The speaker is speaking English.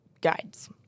guides